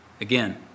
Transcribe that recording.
Again